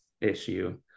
issue